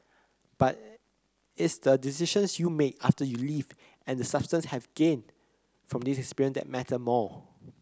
but its the decisions you make after you leave and the substance have gained from this experience that matter more